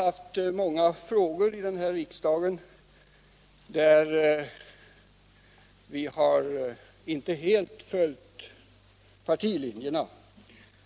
I många frågor som behandlas här i riksdagen har ledamöterna inte helt följt partilinjerna.